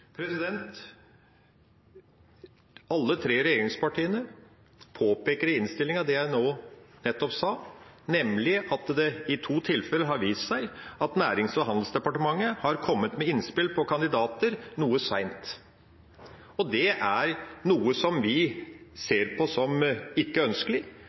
Alle tre regjeringspartiene påpeker i innstillinga det jeg nå nettopp sa, nemlig at det i to tilfeller har vist seg at Nærings- og handelsdepartementet har kommet med innspill på kandidater noe seint. Det er noe vi ser på som ikke ønskelig,